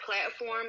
platform